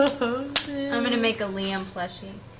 i'm going to make a liam plushie.